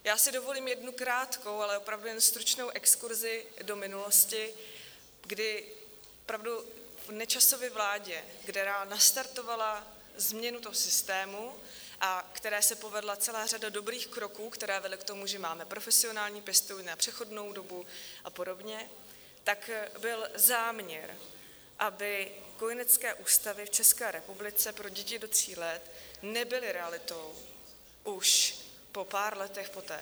Já si dovolím jednu krátkou, ale opravdu jen stručnou exkurzi do minulosti, kdy opravdu v Nečasově vládě, která nastartovala změnu toho systému a které se povedla celá řada dobrých kroků, které vedly k tomu, že máme profesionální pěstouny na přechodnou dobu a podobně, tak byl záměr, aby kojenecké ústavy v České republice pro děti do tří let nebyly realitou už po pár letech poté.